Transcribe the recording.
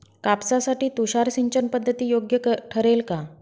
कापसासाठी तुषार सिंचनपद्धती योग्य ठरेल का?